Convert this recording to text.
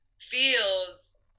feels